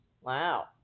Wow